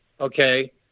Okay